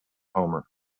homer